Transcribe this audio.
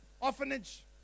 orphanage